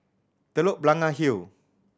Telok Blangah Hill